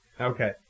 Okay